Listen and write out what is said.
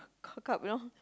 cock up you know